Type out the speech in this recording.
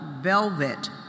Velvet